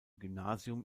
gymnasium